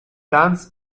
dance